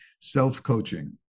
self-coaching